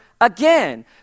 again